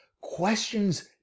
Questions